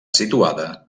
situada